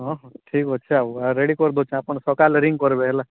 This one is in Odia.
ହଁ ହଁ ଠିକ୍ ଅଛି ଆଉ ଆ ରେଡ଼ି୍ କରିଦେଉଛି ଆପଣ ସକାଲେ ରିଙ୍ଗ୍ କରିବେ ହେଲା